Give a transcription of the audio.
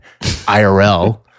IRL